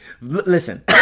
Listen